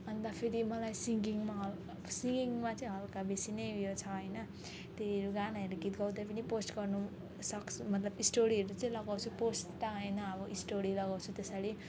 अन्त मलाई फेरि सिङ्गिङमा सिङ्गिङमा चाहिँ हल्का बेसी नै उयो छ होइन त्यही गानाहरू पनि गीत गाउँदै पोस्ट गर्नसक्छु मतलब स्टोरीहरू चाहिँ लगाउँछु पोस्ट त होइन अब स्टोरीहरू लगाउँछु त्यस